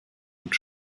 und